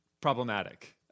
problematic